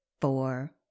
four